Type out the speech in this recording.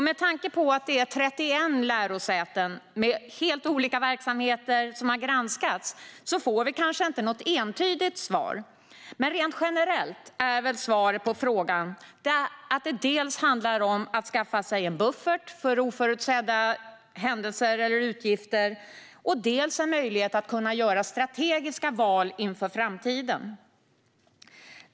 Med tanke på att det är 31 lärosäten med helt olika verksamheter som har granskats får vi kanske inte något entydigt svar. Rent generellt är väl svaret på frågan att det handlar om dels att skaffa sig en buffert för oförutsedda händelser eller utgifter, dels en möjlighet att göra strategiska val inför framtiden.